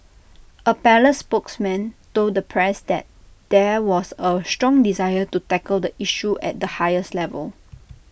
A palace spokesman told the press that there was A strong desire to tackle the issue at the highest levels